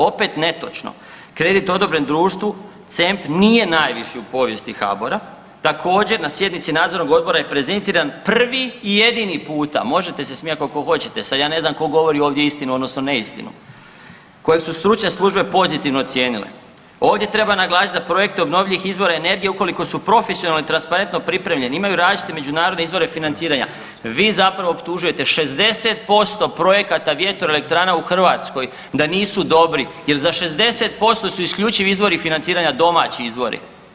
Opet netočno, kredit odobren društvu C.E.M.P. nije najviši u povijesti HABOR-a, također na sjednici nadzornog odbora je prezentiran prvi i jedini puta, možete se smijati koliko hoćete sad ja ne znam tko govori ovdje istinu odnosno neistinu, kojeg su stručne službe pozitivno ocijenile, ovdje treba naglasiti da projekte obnovljivih izvora energije ukoliko su profesionalno i transparentno pripremljeni imaju različite međunarodne izvore financiranja, vi zapravo optužujete 60% projekata vjetroelektrana u Hrvatskoj da nisu dobri, jer za 60% su isključivi izvori financiranja domaći izvori.